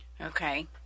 Okay